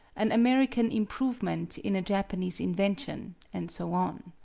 an american improve ment in a japanese invention, and so on.